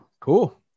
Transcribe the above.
cool